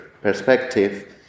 perspective